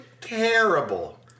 terrible